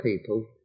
people